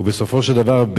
ובסופו של דבר,